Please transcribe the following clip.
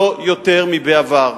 לא יותר מבעבר,